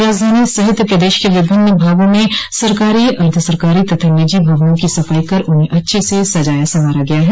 राजधानी सहित प्रदेश के विभिन्न भागों में सरकारी अर्द्वसरकारी तथा निजी भवनों की सफाई कर उन्हें अच्छे ढंग से सजाया संवारा गया है